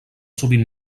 sovint